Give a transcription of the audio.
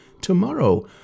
Tomorrow